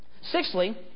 Sixthly